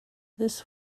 this